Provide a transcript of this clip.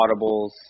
audibles